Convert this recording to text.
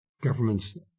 government's